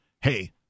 hey